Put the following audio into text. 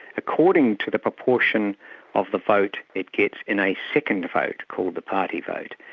according to the proportion of the vote it gets in a second vote, called the party vote.